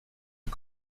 lui